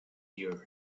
ear